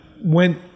went